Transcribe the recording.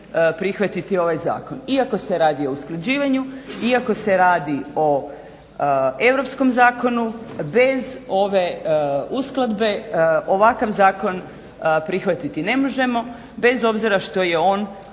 prihvatiti ovaj zakon. iako se radi o usklađivanju, iako se radi o europskom zakonu bez ove uskladbe ovakav zakon prihvatiti ne možemo bez obzira što je on